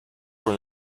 were